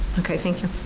okay, thank you.